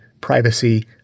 privacy